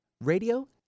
radio